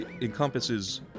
encompasses